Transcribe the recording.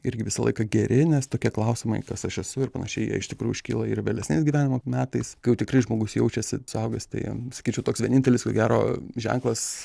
irgi visą laiką geri nes tokie klausimai kas aš esu ir panašiai jie iš tikrųjų iškyla ir vėlesniais gyvenimo metais kai jau tikrai žmogus jaučiasi suaugęs tai sakyčiau toks vienintelis ko gero ženklas